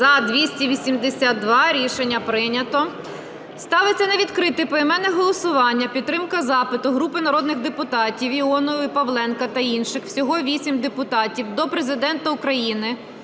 За-282 Рішення прийнято. Ставиться на відкрите поіменне голосування підтримка запиту групи народних депутатів (Іонової, Павленка та інших, всього 8 депутатів) до Президента України